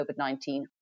COVID-19